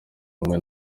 rumwe